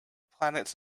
planets